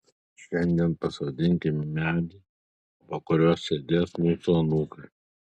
šiandien pasodinkime medį po kuriuo sėdės mūsų anūkai